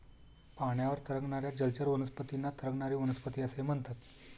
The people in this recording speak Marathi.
पाण्यावर तरंगणाऱ्या जलचर वनस्पतींना तरंगणारी वनस्पती असे म्हणतात